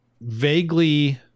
vaguely